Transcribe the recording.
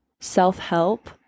self-help